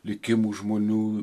likimų žmonių